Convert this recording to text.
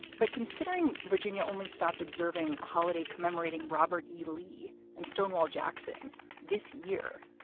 but considering virginia only stopped observing holiday commemorating robert e. lee and stonewall jackson this year,